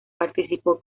participó